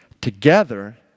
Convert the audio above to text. Together